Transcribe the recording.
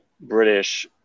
British